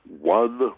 one